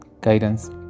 guidance